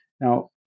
Now